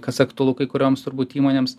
kas aktualu kai kurioms turbūt įmonėms